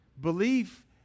Belief